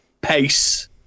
pace